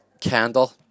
candle